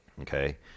okay